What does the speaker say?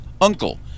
Uncle